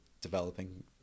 developing